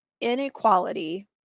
inequality